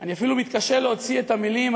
אני אפילו מתקשה להוציא את המילים.